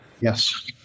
Yes